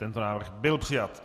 Tento návrh byl přijat.